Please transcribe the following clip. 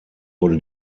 wurde